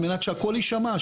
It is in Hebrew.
על מנת שהקול יישמע,